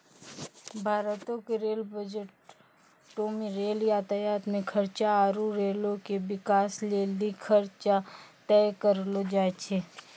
भारतो के रेल बजटो मे रेल यातायात मे खर्चा आरु रेलो के बिकास लेली खर्चा तय करलो जाय छै